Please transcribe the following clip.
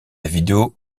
vidéo